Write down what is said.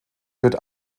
wird